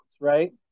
right